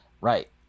Right